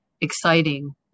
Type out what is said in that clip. exciting